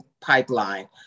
pipeline